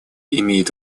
имеет